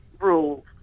rules